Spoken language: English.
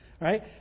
right